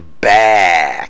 back